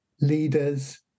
leaders